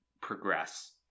progress